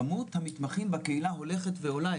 כמות המתמחים בקהילה הולכת ועולה.